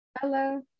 hello